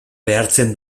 behartzen